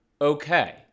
okay